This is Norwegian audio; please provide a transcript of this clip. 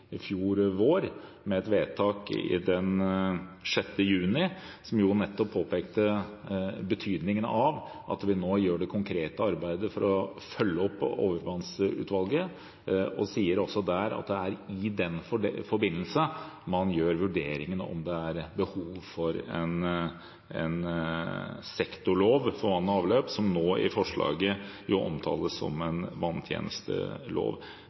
i Stortinget i fjor vår. Det ble fattet et vedtak den 6. juni, som nettopp påpekte betydningen av at vi må gjøre det konkrete arbeidet for å følge opp overvannsutvalget. Man sa at det er i den forbindelse man gjør vurderingen om det er behov for en sektorlov for vann og avløp, som i forslaget omtales som en vanntjenestelov.